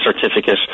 certificate